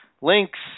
links